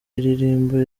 iririmba